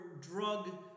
drug